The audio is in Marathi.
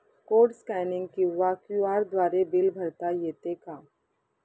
कोड स्कॅनिंग किंवा क्यू.आर द्वारे बिल भरता येते का?